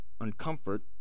Uncomfort